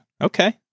okay